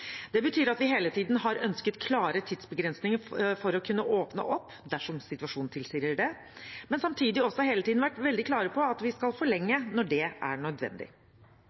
Det betyr at vi hele tiden har ønsket klare tidsbegrensninger for å kunne åpne opp dersom situasjonen tilsier det, men samtidig også hele tiden vært veldig klare på at vi skal forlenge når det er nødvendig.